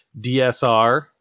DSR